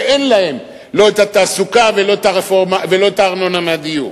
שאין להן לא תעסוקה ולא ארנונה מהדיור,